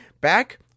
back